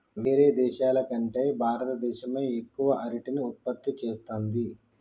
వేరే దేశాల కంటే భారత దేశమే ఎక్కువ అరటిని ఉత్పత్తి చేస్తంది